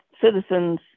citizens